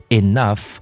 enough